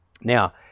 Now